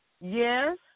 Yes